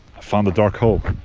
found a dark hole